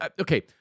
Okay